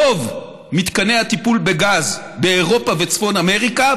רוב מתקני הטיפול בגז באירופה וצפון אמריקה,